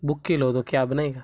book केलं होतं cab नाही का